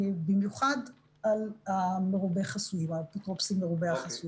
במיוחד על אפוטרופוסים מרובי חסויים.